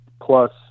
plus